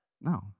No